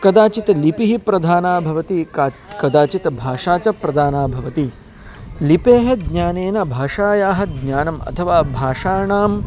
कदाचित् लिपिः प्रधाना भवति का कदाचित् भाषा च प्रधाना भवति लिपेः ज्ञानेन भाषायाः ज्ञानम् अथवा भाषाणाम्